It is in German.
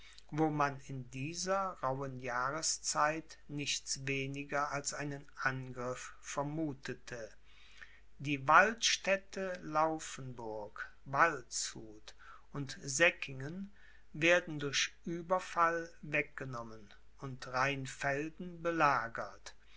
wo man in dieser rauhen jahreszeit nichts weniger als einen angriff vermuthete die waldstädte laufenburg waldshut und seckingen werden durch ueberfall weggenommen und rheinfelden belagert